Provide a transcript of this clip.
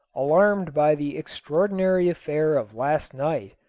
alarmed by the extraordinary affair of last night,